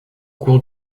cours